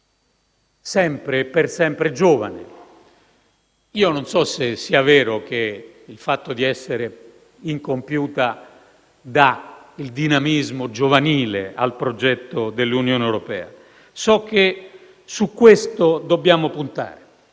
sempre e per sempre giovane. Non so se sia vero che il fatto di essere incompiuta dia un dinamismo giovanile al progetto dell'Unione europea, ma so che su questo dobbiamo puntare;